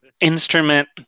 instrument